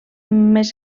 més